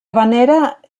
venera